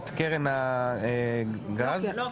את קרן הגז --- לא,